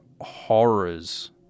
horrors